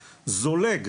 זולג,